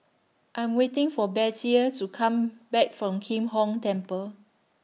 I'm waiting For Bettye to Come Back from Kim Hong Temple